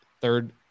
third